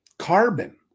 Carbon